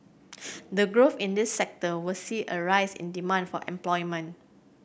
the growth in this sector will see a rise in demand for employment